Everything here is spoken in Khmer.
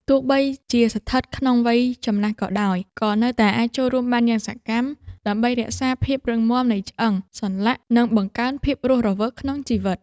ទោះបីជាស្ថិតក្នុងវ័យចំណាស់ក៏ដោយ ក៏នៅតែអាចចូលរួមបានយ៉ាងសកម្ម ដើម្បីរក្សាភាពរឹងមាំនៃឆ្អឹង សន្លាក់ និងបង្កើនភាពរស់រវើកក្នុងជីវិត។